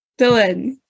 Dylan